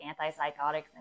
antipsychotics